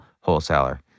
wholesaler